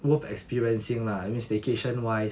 worth experiencing lah I mean staycation wise